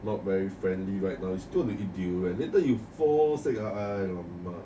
not very friendly right now you still want to eat durian later you sick ah !alamak!